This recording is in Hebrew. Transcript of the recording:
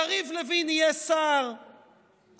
יריב לוין יהיה שר הגוג,